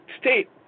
state